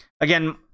Again